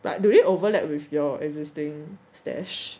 but do they overlap with your existing stash